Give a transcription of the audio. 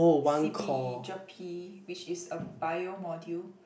C P E ger-pe which is a bio module